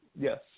Yes